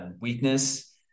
weakness